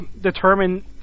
determine